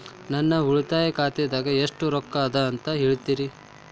ನನ್ನ ಉಳಿತಾಯ ಖಾತಾದಾಗ ಎಷ್ಟ ರೊಕ್ಕ ಅದ ಅಂತ ಹೇಳ್ತೇರಿ?